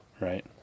right